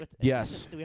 Yes